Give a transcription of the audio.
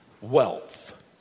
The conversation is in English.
wealth